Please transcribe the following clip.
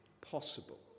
possible